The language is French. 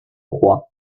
froid